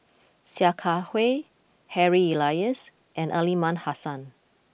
Sia Kah Hui Harry Elias and Aliman Hassan